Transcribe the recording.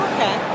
Okay